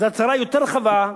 אז ההצהרה יותר רחבה,